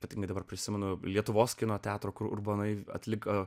ypatingai dabar prisimenu lietuvos kino teatro kur urbonai atliko